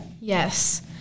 Yes